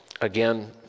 Again